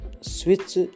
switch